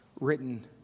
written